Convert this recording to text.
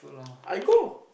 I go